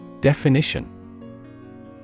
Definition